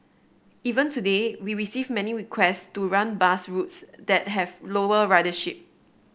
even today we receive many request to run bus routes that have lower ridership